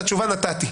ואת התשובה נתתי.